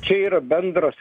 čia yra bendras